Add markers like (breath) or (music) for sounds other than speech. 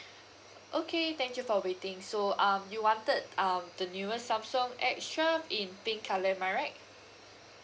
(breath) okay thank you for waiting so um you wanted um the newest samsung X twelve in pink colour am I right